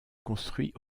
construit